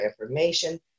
information